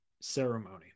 ceremony